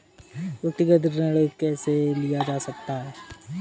व्यक्तिगत ऋण कैसे लिया जा सकता है?